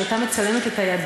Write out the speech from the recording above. שהיא הייתה מצלמת את הידיים,